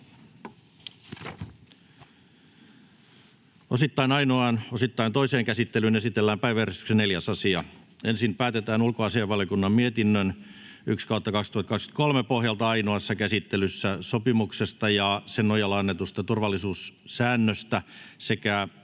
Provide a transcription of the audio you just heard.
Osittain ainoaan, osittain toiseen käsittelyyn esitellään päiväjärjestyksen 4. asia. Ensin päätetään ulkoasiainvaliokunnan mietinnön UaVM 1/2023 vp pohjalta ainoassa käsittelyssä sopimuksesta ja sen nojalla annetuista turvallisuussäännöistä sekä